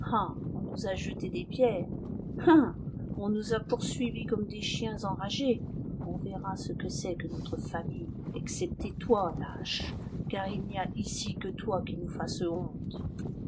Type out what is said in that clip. on nous a jeté des pierres ah on nous a poursuivis comme des chiens enragés on verra ce que c'est que notre famille excepté toi lâche car il n'y a ici que toi qui nous fasses